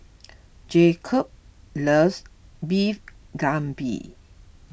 Jakob loves Beef Galbi